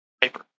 paper